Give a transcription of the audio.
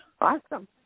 Awesome